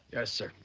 yes sir.